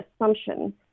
assumption